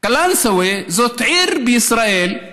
קלנסווה זאת עיר בישראל,